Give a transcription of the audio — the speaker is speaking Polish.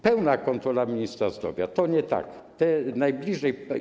Pełna kontrola ministra zdrowia, to nie tak, te najbliżej.